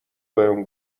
بهم